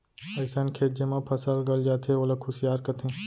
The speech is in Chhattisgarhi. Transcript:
अइसन खेत जेमा फसल गल जाथे ओला खुसियार कथें